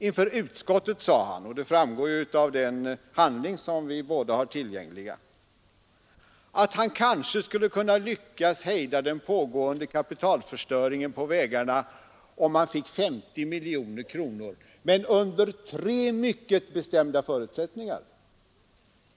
Inför utskottet sade han — och det framgår av den handling som både herr Hugosson och jag har tillgänglig — att han kanske skulle kunna lyckas hejda den pågående kapitalförstöringen på vägarna om han fick 50 miljoner kronor, men under tre mycket bestämda förutsättningar.